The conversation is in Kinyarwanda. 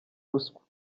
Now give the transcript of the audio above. ruswa